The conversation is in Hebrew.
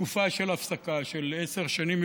תקופה של הפסקה של עשר שנים.